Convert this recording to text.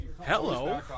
Hello